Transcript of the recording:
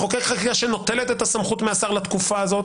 לחוקק חקיקה שנוטלת את הסמכות מהשר לתקופה הזאת,